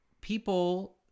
people